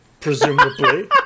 presumably